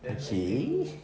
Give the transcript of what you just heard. okay